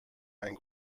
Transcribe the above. ein